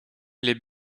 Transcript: les